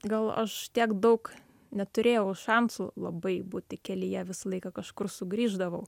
gal aš tiek daug neturėjau šansų labai būti kelyje visą laiką kažkur sugrįždavau